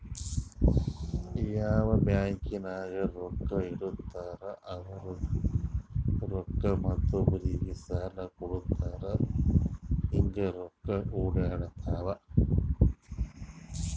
ಯಾರ್ ಬ್ಯಾಂಕ್ ನಾಗ್ ರೊಕ್ಕಾ ಇಡ್ತಾರ ಅವ್ರದು ರೊಕ್ಕಾ ಮತ್ತೊಬ್ಬರಿಗ್ ಸಾಲ ಕೊಡ್ತಾರ್ ಹಿಂಗ್ ರೊಕ್ಕಾ ಒಡ್ಯಾಡ್ತಾವ